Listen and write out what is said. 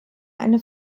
eine